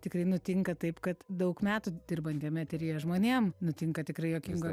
tikrai nutinka taip kad daug metų dirbantiem eteryje žmonėm nutinka tikrai juokingų